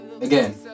again